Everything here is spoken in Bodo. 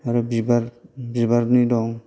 आरो बिबार बिबारनि दं